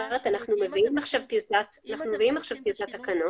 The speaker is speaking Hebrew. מביאים עכשיו טיוטת תקנות.